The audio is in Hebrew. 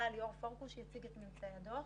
ליאור פורקוש יציג את ממצאי הדוח.